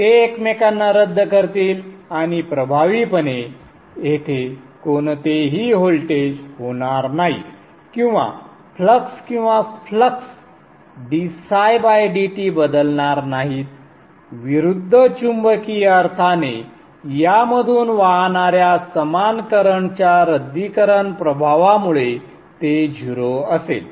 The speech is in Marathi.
ते एकमेकांना रद्द करतील आणि प्रभावीपणे येथे कोणतेही व्होल्टेज होणार नाही किंवा फ्लक्स किंवा फ्लक्स ddt बदलणार नाहीत विरुद्ध चुंबकीय अर्थाने यामधून वाहणाऱ्या समान करंट च्या रद्दीकरण प्रभावामुळे ते 0 असेल